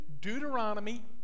deuteronomy